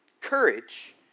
courage